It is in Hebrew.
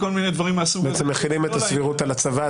אתם מחילים את הסבירות על הצבא.